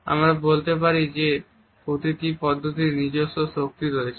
আমরা বলতে পারি যে প্রতিটি পদ্ধতির নিজস্ব শক্তি রয়েছে